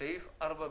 סעיף 4ב?